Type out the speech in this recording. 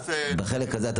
בחלק הזה אתה